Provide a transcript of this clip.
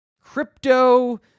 Crypto